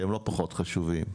שהם לא פחות חשובים.